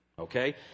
Okay